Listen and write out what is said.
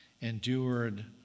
endured